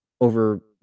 over